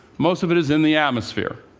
most of it is in the atmosphere.